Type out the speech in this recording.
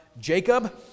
Jacob